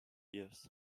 years